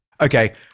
Okay